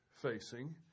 facing